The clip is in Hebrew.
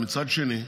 אבל מצד שני,